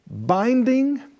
binding